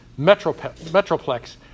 metroplex